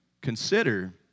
consider